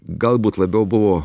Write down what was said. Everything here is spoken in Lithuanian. galbūt labiau buvo